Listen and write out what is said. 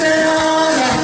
well